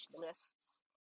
lists